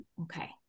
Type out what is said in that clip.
Okay